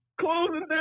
closing